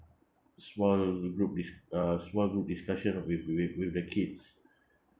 small group disc~ uh small group discussion with with with the kids